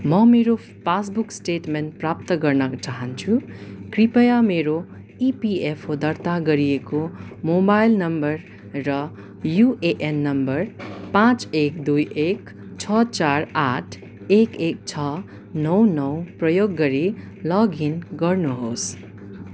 म मेरो passbook statement प्राप्त गर्न चाहन्छु कृपया मेरो इपिएफओ दर्ता गरिएको मोबाइल नम्बर र युएएन नम्बर पाँच एक दुई एक छ चार आठ एक एक छ नौ नौ प्रयोग गरी लगइन गर्नुहोस्